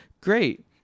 great